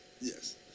Yes